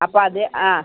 അപ്പോൾ അത് ആ